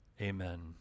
Amen